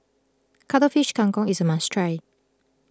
Cuttlefish Kang Kong is a must try